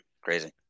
Crazy